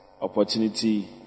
opportunity